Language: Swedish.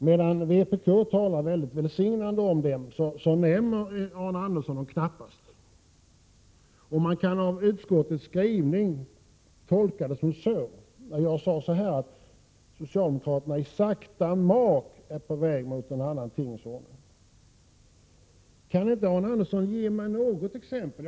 Medan vpk talar mycket välsignande om dem, nämner Arne Andersson dem knappast. Man kan av utskottets skrivning tolka det på ett annat sätt. Jag sade att socialdemokraterna i sakta mak är på väg mot en annan tingens ordning. Kan inte Arne Andersson ge mig något exempel?